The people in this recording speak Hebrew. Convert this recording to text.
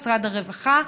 משרד הרווחה,